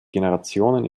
generationen